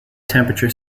temperature